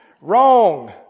Wrong